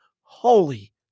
Holy